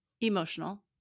emotional